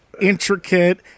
intricate